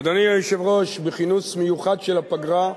אדוני היושב-ראש, בכינוס מיוחד בפגרה,